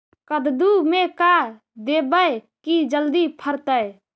कददु मे का देबै की जल्दी फरतै?